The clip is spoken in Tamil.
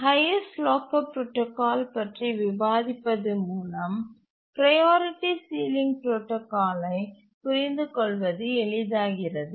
ஹைஎஸ்ட் லாக்கர் புரோடாகால் பற்றி விவாதிப்பது மூலம் ப்ரையாரிட்டி சீலிங் புரோடாகாலை புரிந்துகொள்வது எளிதாகிறது